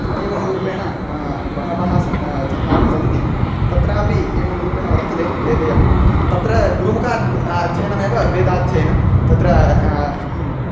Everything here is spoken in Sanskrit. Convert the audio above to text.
इत्येवं रूपेण बहवः सः छन्धांसि सन्ति तत्रापि एवं रूपेण वर्तते वेदे अपि तत्र गुरुमुखात् अध्ययनमेव वेदाध्ययनं तत्र किम्